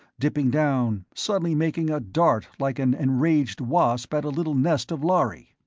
dipping down, suddenly making a dart like an enraged wasp at a little nest of lhari.